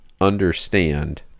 understand